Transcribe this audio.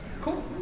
Cool